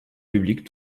public